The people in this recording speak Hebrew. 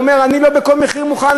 הוא אומר: אני לא בכל מחיר מוכן